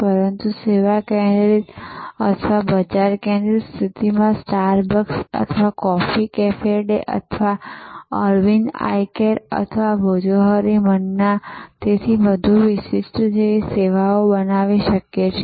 પરંતુ સેવા કેન્દ્રિત અથવા બજાર કેન્દ્રિત સ્થિતિમાં સ્ટારબક્સ અથવા કોફી કેફે ડે અથવા અરવિંદ આઈ કેર અથવા ભોજોહોરી મન્ના અને તેથી વધુ જેવી શ્રેષ્ઠ સેવા બનાવવી શક્ય છે